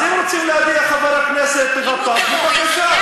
אז אם רוצים להדיח חבר כנסת גטאס, בבקשה.